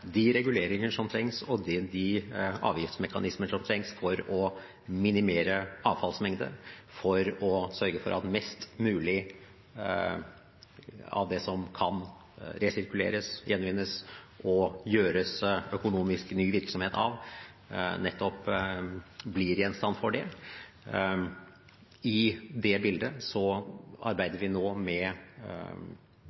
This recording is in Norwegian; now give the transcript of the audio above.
de reguleringer og avgiftsmekanismer som trengs for å minimere avfallsmengde, for å sørge for at mest mulig av det som kan resirkuleres, gjenvinnes og gjøres ny økonomisk virksomhet av, nettopp blir gjenstand for det. I det bildet